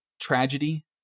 tragedy